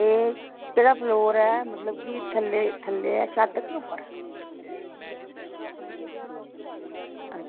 एह् केह्ड़ा ऐ थल्लै ऐ कि उप्पर